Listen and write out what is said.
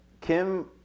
Kim